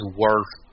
worth